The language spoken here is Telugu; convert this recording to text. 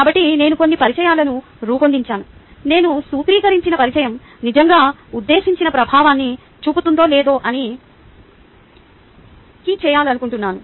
కాబట్టి నేను కొన్ని పరిచయాలను రూపొందించాను నేను సూత్రీకరించిన పరిచయం నిజంగా ఉద్దేశించిన ప్రభావాన్ని చూపుతుందో లేదో తనిఖీ చేయాలనుకుంటున్నాను